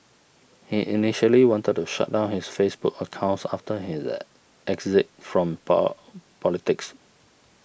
he initially wanted to shut down his Facebook accounts after his exit from poor politics